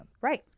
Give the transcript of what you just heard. Right